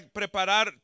preparar